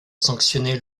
sanctionner